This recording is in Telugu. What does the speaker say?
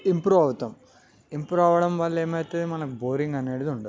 ఇంప్రూవ్ అవుతాము ఇంప్రూవ్ అవడం వల్ల ఏమవుతుంది మనకి బోరింగ్ అనేది ఉండదు